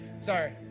sorry